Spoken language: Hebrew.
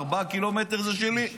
4 קילומטרים זה שלי,